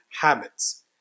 habits